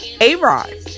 A-Rod